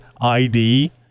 ID